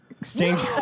exchange